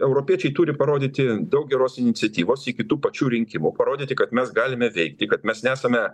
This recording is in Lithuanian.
europiečiai turi parodyti daug geros iniciatyvos iki tų pačių rinkimų parodyti kad mes galime veikti kad mes nesame